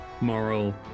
moral